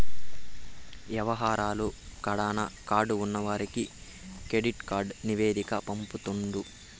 యవహారాలు కడాన కార్డు ఉన్నవానికి కెడిట్ కార్డు నివేదిక పంపుతుండు